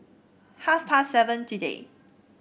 half past seven today